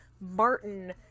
Martin